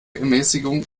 ermäßigung